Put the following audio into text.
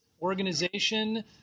organization